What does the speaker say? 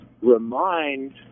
remind